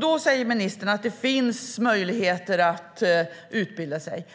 Då säger ministern att det finns möjligheter att utbilda sig.